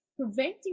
preventing